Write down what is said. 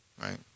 right